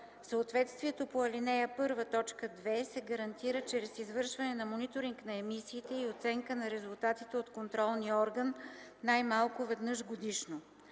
Съответствието по ал. 1, т. 2 се гарантира чрез извършване на мониторинг на емисиите и оценка на резултатите от контролния орган най-малко веднъж годишно.